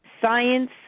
science